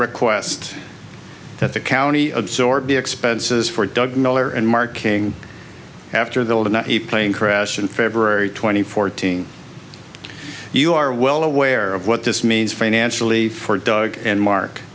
request that the county absorb the expenses for doug miller and mark king after the old and a plane crash in february two thousand and fourteen you are well aware of what this means financially for doug and mark